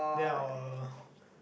then our